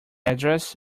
address